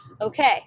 okay